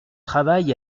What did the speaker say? travail